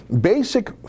basic